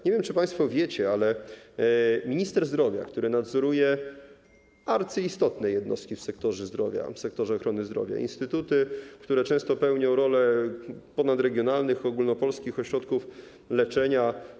Nie wiem, czy państwo wiecie, ale minister zdrowia nadzoruje arcyistotne jednostki w sektorze ochrony zdrowia, instytuty, które często pełnią rolę ponadregionalnych, ogólnopolskich ośrodków leczenia.